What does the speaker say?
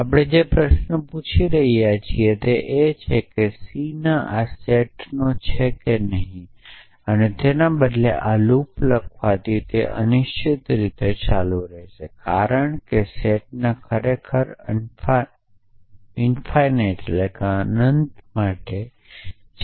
આપણે જે પ્રશ્ન પૂછી રહ્યા છીએ તે છે કે સી આ સેટનો છે કે નહીં અને તેના બદલે આ લૂપ લખવાથી તે અનિશ્ચિત રીતે ચાલુ રહેશે કારણ કે સેટ ખરેખર અનંત છે